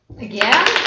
Again